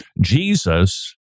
Jesus